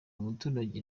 muturage